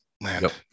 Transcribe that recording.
land